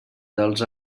dels